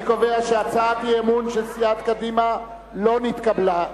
אני קובע שהצעת האי-אמון של סיעת קדימה לא נתקבלה.